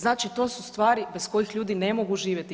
Znači to su stvari bez kojih ljudi ne mogu živjeti.